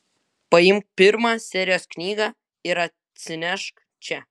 paimk pirmą serijos knygą ir atsinešk čia